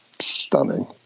stunning